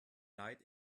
leid